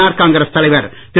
R Congress தலைவர் திரு